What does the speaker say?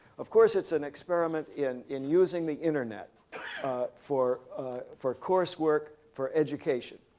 of course, it's an experiment in in using the internet for for course work, for education.